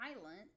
violent